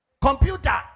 computer